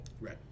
Right